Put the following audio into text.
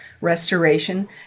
restoration